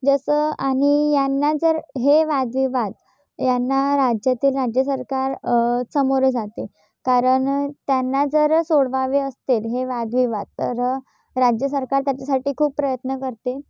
जसं आणि यांना जर हे वादविवाद यांना राज्याचे राज्य सरकार सामोरे जाते कारण त्यांना जर सोडवावे असतील हे जर वादविवाद तर राज्य सरकार त्याच्यासाठी खूप प्रयत्न करते